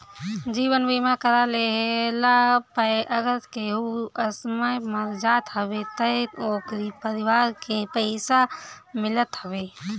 जीवन बीमा करा लेहला पअ अगर केहू असमय मर जात हवे तअ ओकरी परिवार के पइसा मिलत हवे